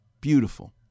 beautiful